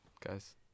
Guys